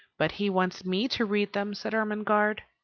but he wants me to read them, said ermengarde.